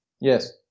Yes